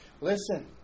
Listen